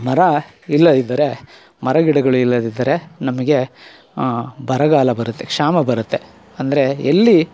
ಮರ ಇಲ್ಲದಿದ್ದರೆ ಮರಗಿಡಗಳು ಇಲ್ಲದಿದ್ದರೆ ನಮಗೆ ಬರಗಾಲ ಬರುತ್ತೆ ಕ್ಷಾಮ ಬರುತ್ತೆ ಅಂದರೆ ಎಲ್ಲೀ